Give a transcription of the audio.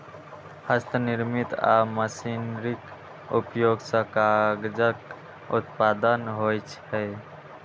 हस्तनिर्मित आ मशीनरीक उपयोग सं कागजक उत्पादन होइ छै